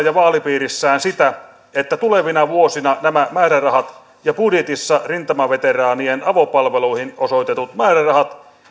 ja vaalipiirissään sitä että tulevina vuosina nämä määrärahat ja budjetissa rintamaveteraanien avopalveluihin osoitetut määrärahat